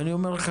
ואני אומר לך,